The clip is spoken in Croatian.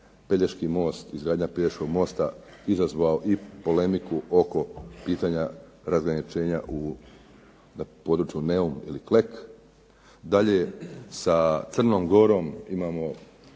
je u Sarajevu izgradnja Pelješkog mosta izazvao i polemiku oko pitanja razgraničenja u području Neum ili Klek. Dalje, sa Crnom Gorom imamo